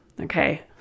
Okay